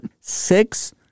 Six